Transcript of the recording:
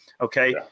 Okay